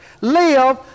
live